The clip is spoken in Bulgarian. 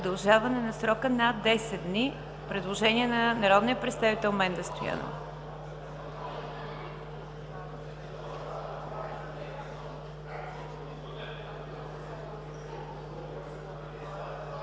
удължаване на срока с 10 дни – предложение на народния представител Менда Стоянова.